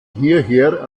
hierher